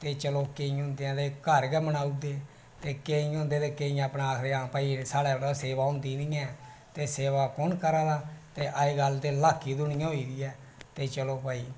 ते चलो केईं दयाले घर गै दे ते केईं आखदे साढ़े कोला सेवा होंदी नेईं ऐ ते सेवा कुन करा दा अजकल दे लाके दुनिया होई गेदी ऐ ते चलो भाई